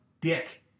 dick